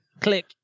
Click